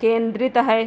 केंद्रित है